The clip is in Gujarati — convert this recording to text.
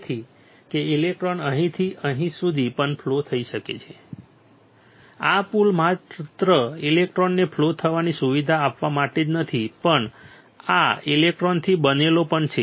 તેથી કે ઇલેક્ટ્રોન અહીંથી અહીં સુધી પણ ફ્લો થઈ શકે છે આ પુલ માત્ર ઇલેક્ટ્રોનને ફ્લો થવાની સુવિધા આપવા માટે જ નથી પણ આ ઇલેક્ટ્રોનથી બનેલો પણ છે